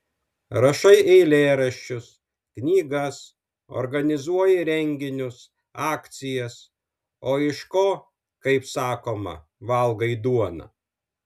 rašai eilėraščius knygas organizuoji renginius akcijas o iš ko kaip sakoma valgai duoną